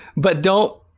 but don't,